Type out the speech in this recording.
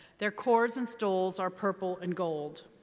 their cords and stoles are purple and gold.